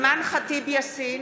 אימאן ח'טיב יאסין,